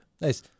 Nice